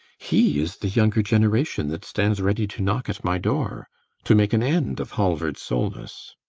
he is the younger generation that stands ready to knock at my door to make an end of halvard solness.